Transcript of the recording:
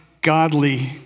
godly